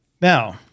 Now